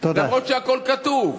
אף-על-פי שהכול כתוב?